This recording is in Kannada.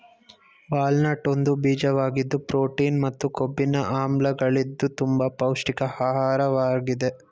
ವಾಲ್ನಟ್ ಒಂದು ಬೀಜವಾಗಿದ್ದು ಪ್ರೋಟೀನ್ ಮತ್ತು ಕೊಬ್ಬಿನ ಆಮ್ಲಗಳಿದ್ದು ತುಂಬ ಪೌಷ್ಟಿಕ ಆಹಾರ್ವಾಗಿದೆ